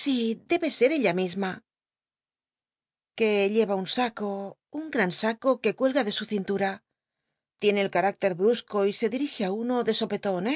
sí debe ser ella misma que neva un saco un gran saco que cuelga de su cintura l'icne el carácte r brusco y se dirige á uno de sopeton